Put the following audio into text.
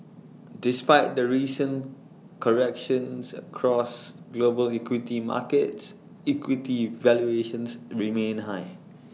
despite the recent corrections across global equity markets equity valuations remain high